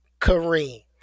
Kareem